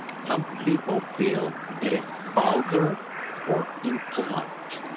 some people feel it is vulgar or impolite.